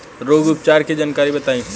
रोग उपचार के जानकारी बताई?